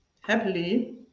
happily